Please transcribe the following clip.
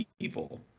people